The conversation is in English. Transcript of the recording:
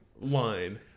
line